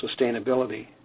sustainability